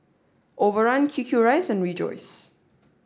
overrun QQ Rice and Rejoice